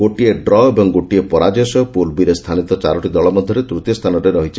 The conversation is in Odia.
ଗୋଟିଏ ଡ୍ର ଏବଂ ଗୋଟିଏ ପରାଜୟ ସହ ପୁଲ୍ ବି'ରେ ସ୍ଥାନିତ ଚାରୋଟି ଦଳ ମଧ୍ୟରେ ତୂତୀୟ ସ୍ଥାନରେ ରହିଛି